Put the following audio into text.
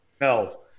No